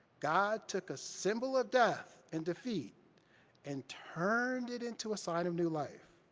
god took a symbol of death and defeat and turned it into a sign of new life.